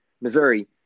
Missouri